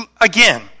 Again